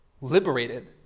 liberated